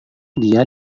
dia